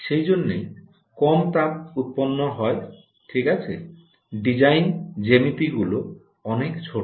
সেই জন্যেই কম তাপ উৎপন্ন হয় ঠিক আছে ডিজাইন জ্যামিতিগুলি অনেক ছোট